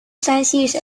山西省